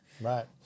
right